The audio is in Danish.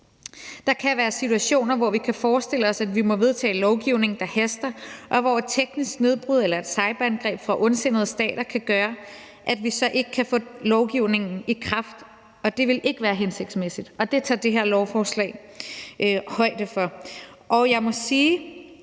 Der kan være situationer, hvor vi kan forestille os, at vi må vedtage lovgivning, der haster, og hvor et teknisk nedbrud eller et cyberangreb fra ondsindede stater kan gøre, at vi så ikke kan få lovgivningen sat i kraft, og det vil ikke være hensigtsmæssigt, og det tager det her lovforslag højde for. Jeg må sige,